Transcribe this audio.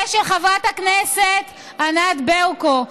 ושל חברת הכנסת ענת ברקו,